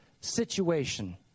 situation